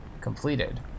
Completed